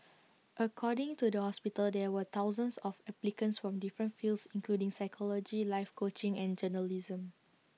according to the hospital there were thousands of applicants from different fields including psychology life coaching and journalism